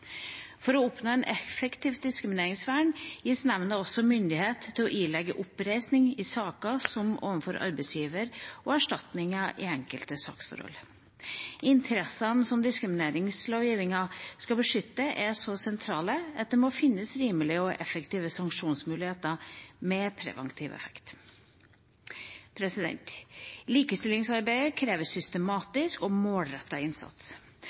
For å oppnå et effektivt diskrimineringsvern gis nemnda også myndighet til å ilegge oppreisning i saker, som overfor arbeidsgiver, og erstatninger i enkelte saksforhold. Interessene som diskrimineringslovgivningen skal beskytte, er så sentrale at det må finnes rimelige og effektive sanksjonsmuligheter med preventiv effekt. Likestillingsarbeidet krever systematisk og målrettet innsats.